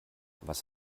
was